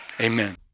amen